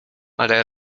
ale